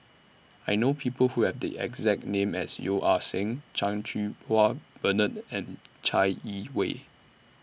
I know People Who Have The exact name as Yeo Ah Seng Chan Cheng Wah Bernard and Chai Yee Wei